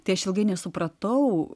tai aš ilgai nesupratau